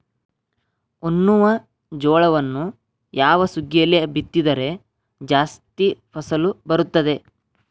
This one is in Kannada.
ಉಣ್ಣುವ ಜೋಳವನ್ನು ಯಾವ ಸುಗ್ಗಿಯಲ್ಲಿ ಬಿತ್ತಿದರೆ ಜಾಸ್ತಿ ಫಸಲು ಬರುತ್ತದೆ?